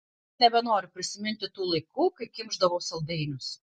nebenoriu prisiminti tų laikų kai kimšdavau saldainius